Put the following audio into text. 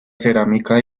cerámica